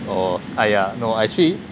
orh !aiya! no I actually